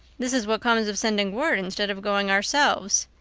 this is what comes of sending word instead of going ourselves.